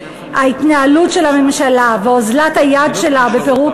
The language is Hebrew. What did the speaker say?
ההתנהלות של הממשלה ואוזלת היד שלה בפירוק